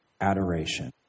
adoration